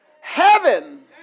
Heaven